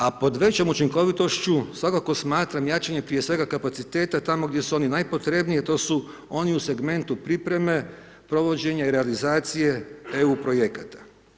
A pod većom učinkovitošću, svakako smatram jačanje prije svega kapaciteta tamo gdje su oni najpotrebniji a to su oni u segmentu pripreme provođenje i realizacije EU projekta.